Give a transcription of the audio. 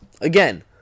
Again